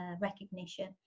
recognition